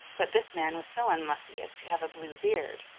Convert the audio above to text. but this man was so unlucky as to have a blue beard,